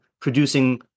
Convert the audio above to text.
producing